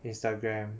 Instagram